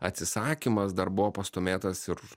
atsisakymas dar buvo pastūmėtas ir